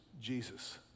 Jesus